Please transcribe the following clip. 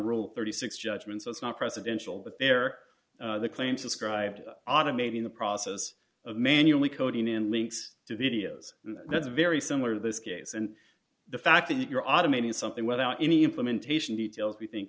rule thirty six judgement so it's not presidential but their claims it's automating the process of manually coding and links to videos that's very similar to this case and the fact that you're automating something without any implementation details we think